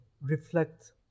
reflect